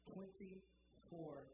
Twenty-four